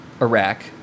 Iraq